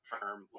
firm